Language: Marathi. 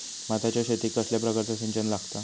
भाताच्या शेतीक कसल्या प्रकारचा सिंचन लागता?